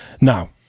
Now